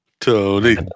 Tony